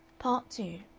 part two